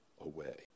away